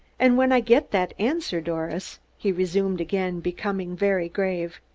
and when i get that answer, doris, he resumed, again becoming very grave,